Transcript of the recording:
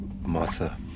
Martha